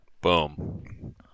Boom